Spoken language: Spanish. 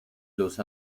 los